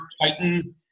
Titan